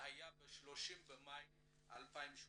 ב-30 במאי 2018,